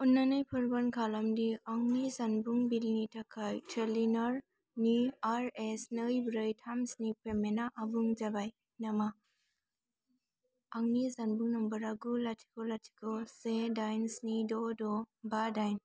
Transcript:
अन्नानै फोरमान खालामदि आंनि जानबुं बिलनि थाखाय डेलिनरनि आर एस नै ब्रै थाम स्नि पेमेन्ट आ आबुं जाबाय नामा आंनि जानबुं नम्बर आ गु लाथिख' लाथिख' से दाइन स्नि द' द' बा दाइन